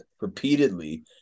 repeatedly